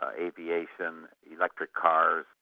aviation, electric cars,